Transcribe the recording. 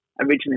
originally